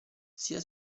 sia